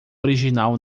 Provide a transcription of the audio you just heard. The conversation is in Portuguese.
original